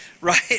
right